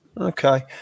Okay